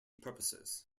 purposes